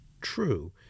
true